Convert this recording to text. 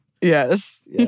yes